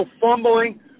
fumbling